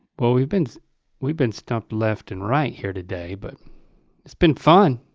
well, we've been we've been stumped left and right here today but it's been fun.